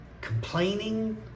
complaining